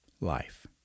life